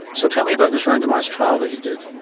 so tell me about this randomised trial that you did.